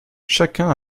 chacun